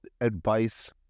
advice